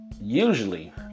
usually